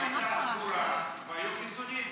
הכנסת הייתה סגורה, והיו חיסונים.